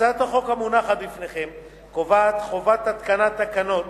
הצעת החוק המונחת בפניכם קובעת חובת התקנת תקנות